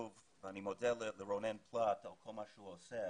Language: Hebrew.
אני מודה לרונן פלוט על כל מה שהוא עושה